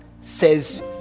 says